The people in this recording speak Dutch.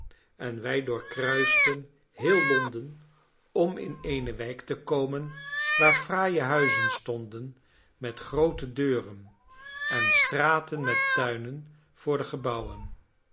en wij doorkruisten heel londen om in eene wijk te komen waar fraaie huizen stonden met groote deuren en straten met tuinen voor de gebouwen